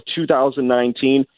2019